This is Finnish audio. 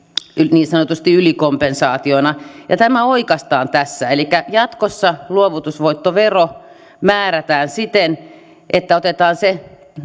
niin sanotusti ylikompensaationa tämä oikaistaan tässä elikkä jatkossa luovutusvoittovero määrätään siten että otetaan se